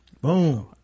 Boom